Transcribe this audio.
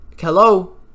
hello